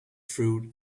fruit